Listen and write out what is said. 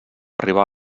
arribar